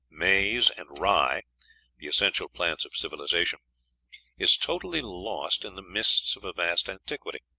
maize, and rye the essential plants of civilization is totally lost in the mists of a vast antiquity?